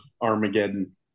Armageddon